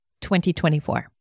2024